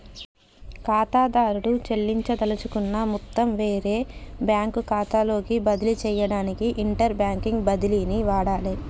ఖాతాదారుడు చెల్లించదలుచుకున్న మొత్తం వేరే బ్యాంకు ఖాతాలోకి బదిలీ చేయడానికి ఇంటర్బ్యాంక్ బదిలీని వాడాలే